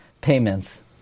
payments